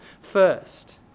first